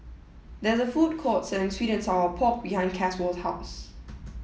there is a food court selling Sweet and Sour Pork behind Caswell's house